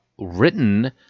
Written